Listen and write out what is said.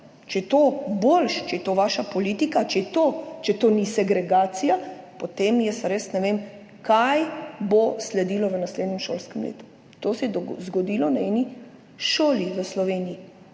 če je to boljše, če je to vaša politika, če to ni segregacija, potem jaz res ne vem, kaj bo sledilo v naslednjem šolskem letu. To se je zgodilo na eni šoli v Sloveniji,